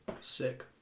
Sick